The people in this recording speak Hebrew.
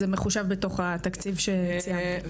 זה מחושב בתוך התקציב שציינתי.